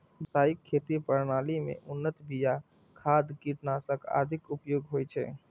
व्यावसायिक खेती प्रणाली मे उन्नत बिया, खाद, कीटनाशक आदिक उपयोग होइ छै